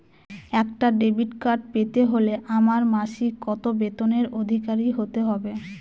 একটা debit card পেতে হলে আমার মাসিক কত বেতনের অধিকারি হতে হবে?